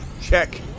check